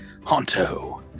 Honto